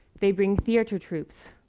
they bring theater troupes,